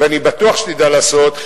ואני בטוח שתדע לעשות,